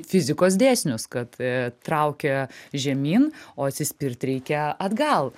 fizikos dėsnius kad traukia žemyn o atsispirt reikia atgal